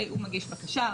הוא מגיש בקשה,